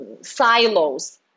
silos